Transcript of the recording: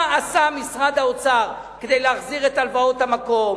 מה עשה משרד האוצר כדי להחזיר את הלוואות המקום,